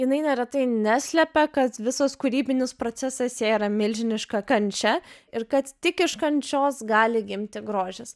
jinai neretai neslepia kad visas kūrybinis procesas jai yra milžiniška kančia ir kad tik iš kančios gali gimti grožis